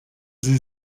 sie